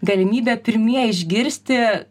galimybę pirmieji išgirsti